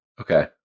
Okay